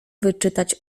wyczytać